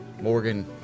Morgan